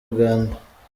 uganda